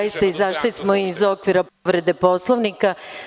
Izašli smo iz okvira povrede Poslovnika.